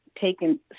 taken